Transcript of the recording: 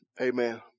Amen